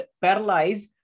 paralyzed